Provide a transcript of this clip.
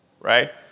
right